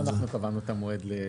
לא אנחנו קבענו את המועד.